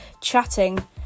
chatting